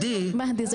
הוא